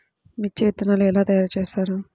మిర్చి విత్తనాలు ఎలా తయారు చేస్తారు?